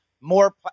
more